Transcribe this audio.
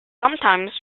sometimes